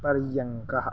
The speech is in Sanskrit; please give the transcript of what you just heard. पर्यङ्कः